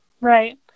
Right